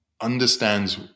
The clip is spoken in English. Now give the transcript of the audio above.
understands